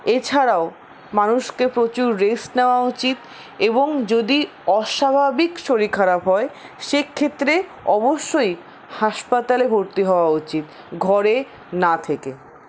এছাড়াও মানুষকে প্রচুর রেস্ট নেওয়া উচিৎ এবং যদি অস্বাভাবিক শরীর খারাপ হয় সেক্ষেত্রে অবশ্যই হাসপাতালে ভর্তি হওয়া উচিৎ ঘরে না থেকে